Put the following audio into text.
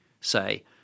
say